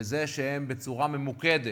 בזה שהם, בצורה ממוקדת,